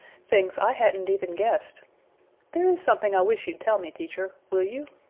things i hadn't even guessed there is something i wish you'd tell me, teacher will you?